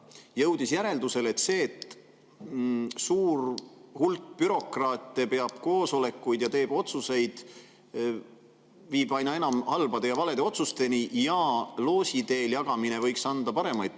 jõudis järeldusele, et see, et suur hulk bürokraate peab koosolekuid ja teeb otsuseid, viib aina enam halbade ja valede otsusteni ja loosi teel jagamine võiks anda paremaid